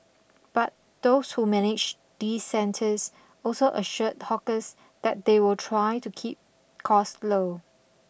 but those who manage these centres also assured hawkers that they'll try to keep cost low